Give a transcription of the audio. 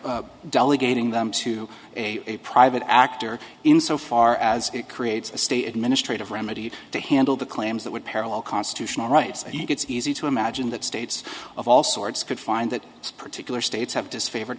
delegating them to a a private actor in so far as it creates a state administrative remedy to handle the claims that would parallel constitutional rights and it's easy to imagine that states of all sorts could find that particular states have disfavor